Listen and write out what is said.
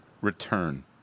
return